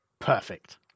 Perfect